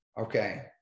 okay